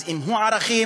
אז אם הוא ערכים,